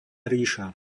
ríša